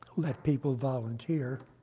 let people volunteer,